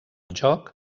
joc